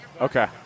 Okay